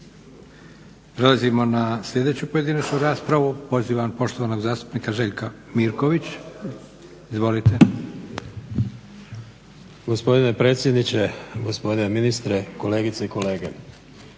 Prelazimo na sljedeću pojedinačnu raspravu. Pozivam poštovanog zastupnika Željka Mirković. Izvolite. **Mirković, Željko (SDP)** Gospodine predsjedniče, gospodine ministre, kolegice i kolege.